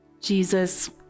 Jesus